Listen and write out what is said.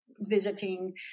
visiting